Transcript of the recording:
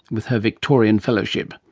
with her victorian fellowship